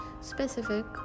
specific